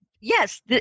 Yes